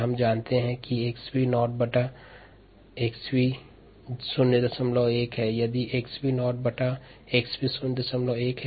हम जानते हैं कि 𝑥𝑣 शून्य बटा 𝑥𝑣 01 है